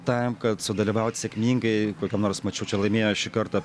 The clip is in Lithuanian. tam kad sudalyvaut sėkmingai kokiam nors mačiau čia laimėjo šį kartą